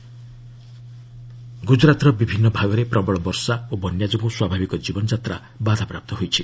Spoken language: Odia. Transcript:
ଗୁଜରାତ୍ ରେନ୍ ଗୁଜରାତ୍ର ବିଭିନ୍ନ ଭାଗରେ ପ୍ରବଳ ବର୍ଷା ଓ ବନ୍ୟା ଯୋଗୁଁ ସ୍ୱାଭାବିକ ଜୀବନଯାତ୍ରା ବାଧାପ୍ରାପ୍ତ ହୋଇଛି